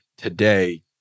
Today